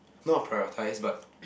not prioritize but